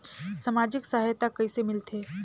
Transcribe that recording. समाजिक सहायता कइसे मिलथे?